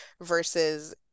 versus